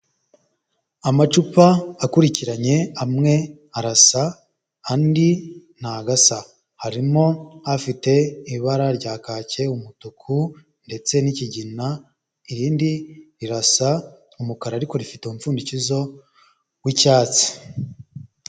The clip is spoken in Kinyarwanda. Amacupa akurikiranye amwe arasa andi ntago asa, harimo afite ibara rya kake, umutuku ndetse n'ikigina, irindi rirasa umukara ariko rifite umupfundikizo w'icyatsi.